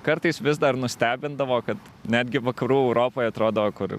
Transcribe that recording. kartais vis dar nustebindavo kad netgi vakarų europoj atrodo kur